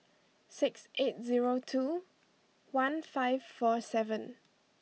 six eight zero two one five four seven